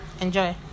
enjoy